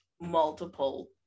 multiple